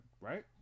right